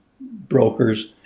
brokers